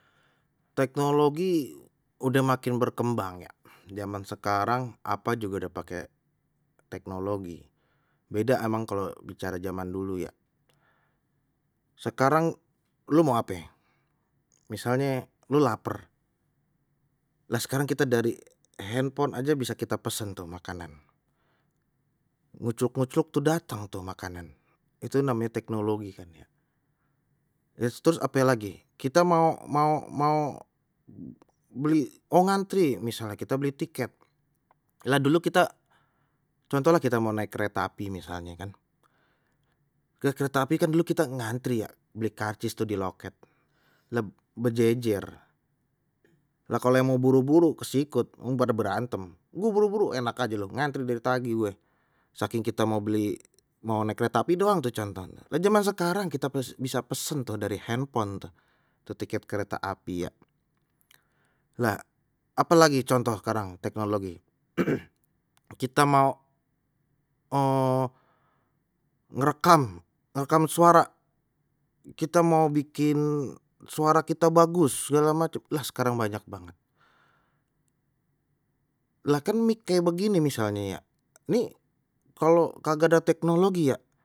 Teknologi udah makin berkembang ya jaman sekarang apa juga dah pakai teknologi, beda emang kalau bicara zaman dulu ya, sekarang lu mau ape misalnye lu laper lah sekarang kita dari handphone aje bisa kita pesan tuh makanan, ngucluk-ngucluk tuh datang tuh makanan itu namanya teknologi, terus ape lagi kita mau mau mau beli oh ngantri, misalnye kita beli tiket lha dulu kita contoh lah kita mau naik kereta api misalnye kan, lah kereta api kan dulu kita ngantri ya beli karcis tuh di loket lah bejejer, lah kalau yang mau buru-buru kesikut pada berantem, gue buru-buru enak aje lu ngantri dari tadi gue, saking kita mau beli mau naik kereta api doang tuh contohnya, lah jaman sekarang kita pes bisa pesan tuh dari handphone tuh, tu tiket kereta api iya, lha apa lagi contoh sekarang teknologi kita mau ngerekam ngerekam suara kita mau bikin suara kita bagus segala macem lah sekarang banyak banget lah khan mic kaya begini misalnya ya ni kalau kagak ada teknologi ya.